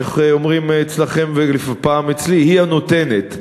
אומרים אצלכם, ופעם אצלי, היא הנותנת.